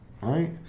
Right